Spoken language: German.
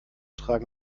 tragen